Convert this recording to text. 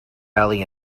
alley